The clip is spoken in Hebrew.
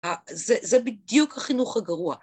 ‫זה בדיוק החינוך הגרוע.